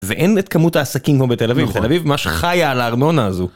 ואין את כמות העסקים כמו בתל אביב, תל אביב ממש חיה על הארנונה הזו.